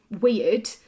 weird